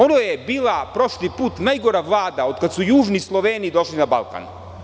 Ono je bila prošli put najgora Vlada od kad su Južni Sloveni došli na Balkan.